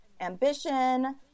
ambition